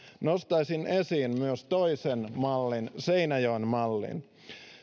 nostaisin esiin myös toisen mallin seinäjoen mallin